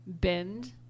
bend